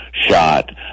shot